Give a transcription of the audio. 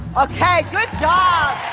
ok, good job!